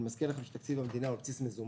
אני מזכיר לכם שתקציב המדינה הוא על בסיס מזומן.